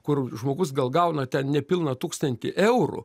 kur žmogus gal gauna ten nepilną tūkstantį eurų